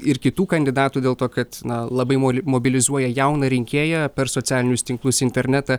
ir kitų kandidatų dėl to kad na labai moli mobilizuoja jauną rinkėją per socialinius tinklus internetą